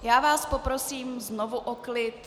Já vás poprosím znovu o klid.